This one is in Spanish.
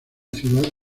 ciudad